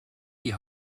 die